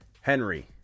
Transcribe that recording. Henry